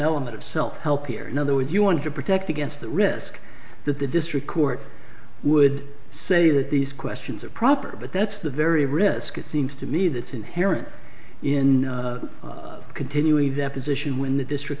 element of self help here now though if you want to protect against the risk that the district court would say that these questions are proper but that's the very risk it seems to me that inherent in continuing deposition when the district